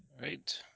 Right